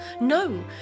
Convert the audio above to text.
No